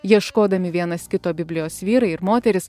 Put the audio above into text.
ieškodami vienas kito biblijos vyrai ir moterys